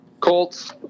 Colts